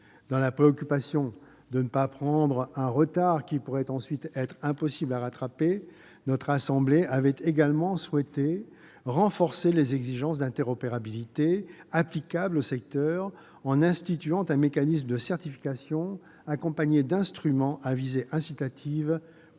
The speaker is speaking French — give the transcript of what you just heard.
donc automatique. Pour éviter un retard qui pourrait ensuite être impossible à rattraper, notre assemblée avait également souhaité renforcer les exigences d'interopérabilité applicables au secteur en instituant un mécanisme de certification accompagné d'instruments à visée incitative pour les éditeurs : je